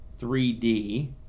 3D